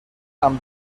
amb